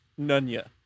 nunya